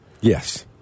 Yes